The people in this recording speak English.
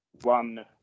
One